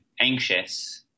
anxious